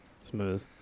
Smooth